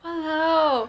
!walao!